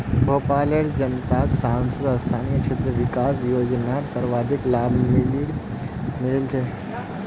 भोपालेर जनताक सांसद स्थानीय क्षेत्र विकास योजनार सर्वाधिक लाभ मिलील छ